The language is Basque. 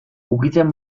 ukitzen